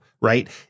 Right